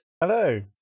Hello